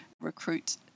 recruit